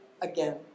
again